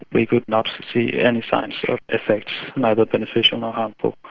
we could not see any signs of effect, neither beneficial nor harmful.